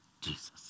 Jesus